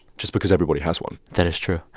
just because everybody has one that is true.